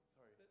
Sorry